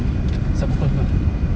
sangkut ah